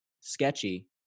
sketchy